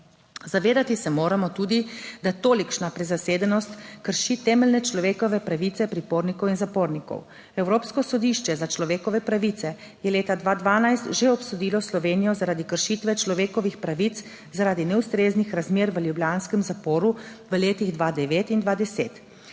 Zavedati se moramo tudi, da tolikšna prezasedenost 7. TRAK: (TB) - 17.30 (nadaljevanje) krši temeljne človekove pravice pripornikov in zapornikov. Evropsko sodišče za človekove pravice je leta 2012 že obsodilo Slovenijo zaradi kršitve človekovih pravic zaradi neustreznih razmer v ljubljanskem zaporu v letih 2009 in 2010.